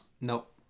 Nope